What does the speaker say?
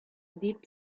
deep